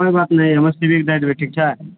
कोइ बात नहि हमरा सिबएके दए देबै ठीक छै